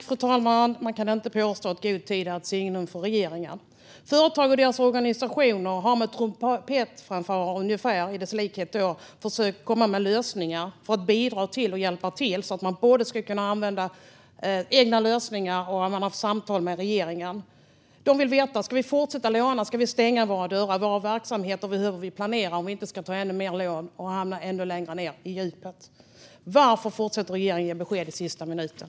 Fru talman! Man kan inte påstå att god tid är ett signum för regeringen. Företag och deras organisationer har likt trumpetfanfarer försökt komma med lösningar för att bidra och hjälpa till så att de ska kunna använda egna lösningar. De har även haft samtal med regeringen. De vill veta om de ska fortsätta låna eller om de ska stänga sina dörrar. De behöver planera sina verksamheter om de inte ska blir tvungna att ta ännu mer lån och hamna ännu längre ned i djupet. Varför fortsätter regeringen att ge besked i sista minuten?